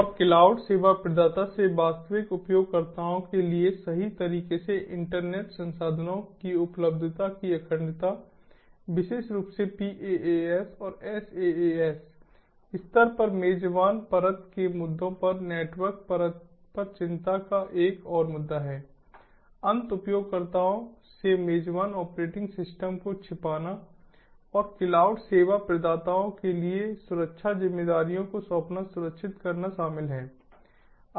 और क्लाउड सेवा प्रदाता से वास्तविक उपयोगकर्ताओं के लिए सही तरीके से इंटरनेट संसाधनों की उपलब्धता की अखंडता विशेष रूप से PaaS और SaaS स्तर पर मेजबान परत के मुद्दों पर नेटवर्क परत पर चिंता का एक और मुद्दा है अंत उपयोगकर्ताओं से मेजबान ऑपरेटिंग सिस्टम को छिपाना और क्लाउड सेवा प्रदाताओं के लिए सुरक्षा जिम्मेदारियों को सौंपना सुनिश्चित करना शामिल है